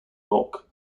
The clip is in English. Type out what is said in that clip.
york